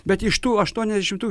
bet iš tų aštuoniasdešimtų